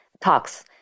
talks